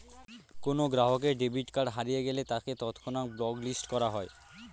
কোনো গ্রাহকের debit card হারিয়ে গেলে তাকে তৎক্ষণাৎ ব্লক লিস্ট করা হয়